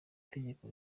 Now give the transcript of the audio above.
tegeko